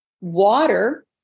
water